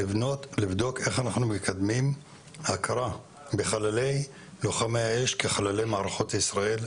לבדוק איך אנחנו מקדמים הכרה בחללי לוחמי האש כחללי מערכות ישראל.